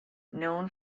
known